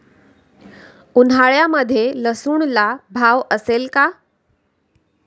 उन्हाळ्यामध्ये लसूणला भाव असेल का?